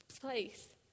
place